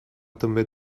també